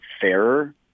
fairer